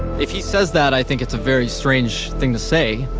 if he says that, i think it's a very strange thing to say.